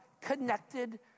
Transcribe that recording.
connected